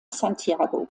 santiago